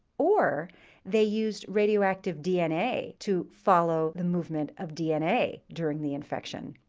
or they used radioactive dna to follow the movement of dna during the infection.